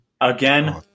Again